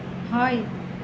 হয়